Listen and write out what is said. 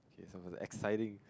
it sounds like exciting